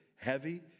heavy